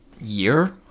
year